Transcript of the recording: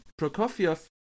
Prokofiev